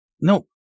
No